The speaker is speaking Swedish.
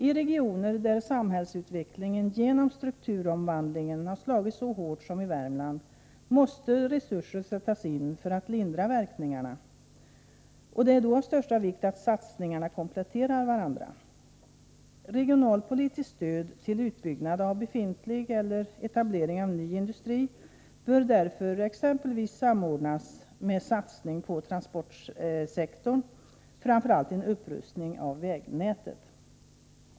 I regioner där samhällsutvecklingen genom strukturomvandlingen har slagit så hårt som i Värmland måste resurser sättas in för att lindra verkningarna, och det är då avstörsta vikt att satsningarna kompletterar varandra. Regionalpolitiskt stöd till utbyggnad av befintlig eller till etablering av ny industri bör därför samordnas exempelvis med satsningar på transportsektorn, framför allt en upprustning av vägnätet.